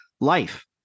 life